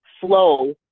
flow